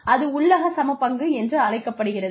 அது உள்ளக சமபங்கு என்று அழைக்கப்படுகிறது